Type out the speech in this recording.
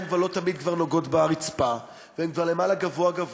כבר לא תמיד נוגעות ברצפה והן כבר למעלה גבוה-גבוה.